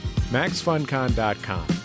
MaxFunCon.com